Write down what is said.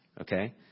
okay